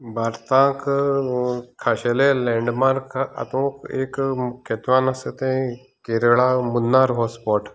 भारताक खाशेले लेंन्डमार्क हातूंत एक मुख्यत्वान आसा ते केरळा मुन्नार हो स्पॉट